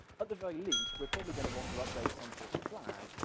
at the very least, we're probably gonna want to update some sort of flag,